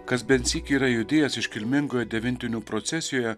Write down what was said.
kas bent sykį yra judėjęs iškilmingoje devintinių procesijoje